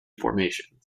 formations